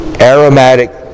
aromatic